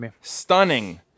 stunning